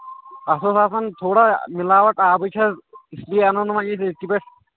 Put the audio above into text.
اَتھ اوس آسان تھوڑا مِلاوَٹ آبٕچ حظ اس لیے اَنو نہٕ وۄنۍ ییٚیہِ أزۍ کہِ پٮ۪ٹھ